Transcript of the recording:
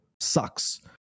sucks